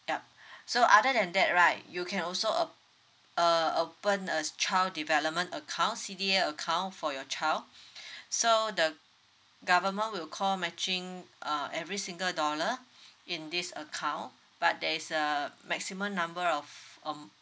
yup so other than that right you can also uh uh open a child development account C_D_A account for your child so the government will call matching uh every single dollar in this account but there is a maximum number of am~